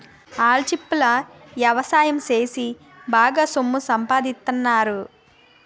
ఆల్చిప్పల ఎవసాయం సేసి బాగా సొమ్ము సంపాదిత్తన్నారు